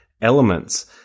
elements